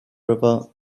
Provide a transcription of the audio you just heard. river